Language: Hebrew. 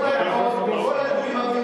כל העדות וכל את כל הארגונים הוולונטריים.